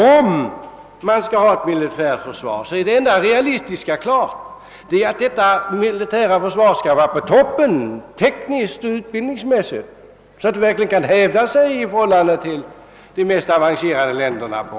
Om man skall ha ett militärt försvar, är det enda realistiska att det skall vara på toppen, tekniskt och utbildningsmässigt, så att det verkligen kan stå emot de på området mest avancerade länderna.